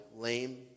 lame